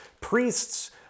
priests